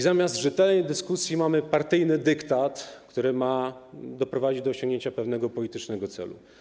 Zamiast rzetelnej dyskusji mamy partyjny dyktat, który ma doprowadzić do osiągnięcia pewnego politycznego celu.